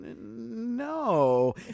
No